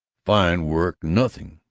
fine work nothing!